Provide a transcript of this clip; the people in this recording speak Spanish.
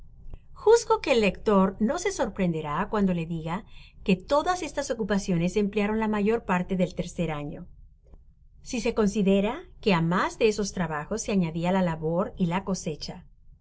juzgo que el lector no se sorprenderá cuando le diga que todas estas ocupaciones emplearon la mayor parte del tercer ano si se considera que á mas de esos trabajos se anadia la labor y la cosecha